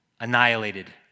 annihilated